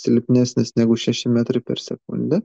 silpnesnis negu šeši metrai per sekundę